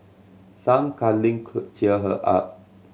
some cuddling could cheer her up